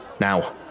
now